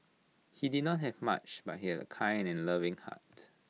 he did not have much but he had A kind and loving heart